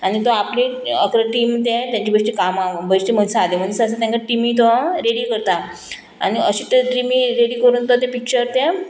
आनी तो आपली अकरा टीम तें तेंची बश्टी कामां बशेन सादे मनशां आसा तेंका टिमी तो रेडी करता आनी अशी ते ट्रिमी रेडी करून तो ते पिक्चर ते